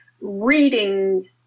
reading